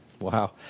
Wow